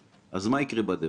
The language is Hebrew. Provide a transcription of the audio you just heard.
אז מה יקרה בדרך?